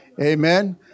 Amen